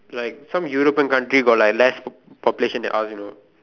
like some European country got like less population than us you know